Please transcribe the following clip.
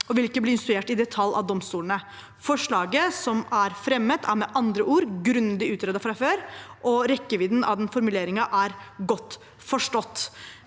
og vil ikke bli instruert i detalj av domstolene. Forslaget som er fremmet, er med andre ord grundig utredet fra før, og rekkevidden av den formuleringen er godt forstått.